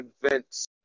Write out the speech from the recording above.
convince